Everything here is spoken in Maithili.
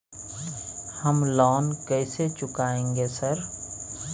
हम लोन कैसे चुकाएंगे सर?